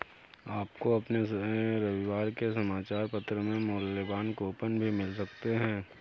आपको अपने रविवार के समाचार पत्र में मूल्यवान कूपन भी मिल सकते हैं